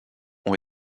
ont